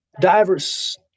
Diverse